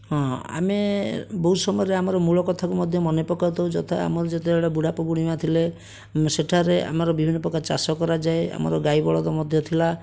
ହଁ ଆମେ ବହୁତ ସମୟରେ ଆମର ମୂଳ କଥାକୁ ମଧ୍ୟ ମନେ ପକେଇଥାଉ ଯଥା ଆମ ଯେତେବେଳେ ବୁଢ଼ାବାପା ବୁଢ଼ୀମା' ଥିଲେ ସେଠାରେ ଆମର ବିଭିନ୍ନ ପ୍ରକାର ଚାଷ କରାଯାଏ ଆମର ଗାଈ ବଳଦ ମଧ୍ୟ ଥିଲା